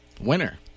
winner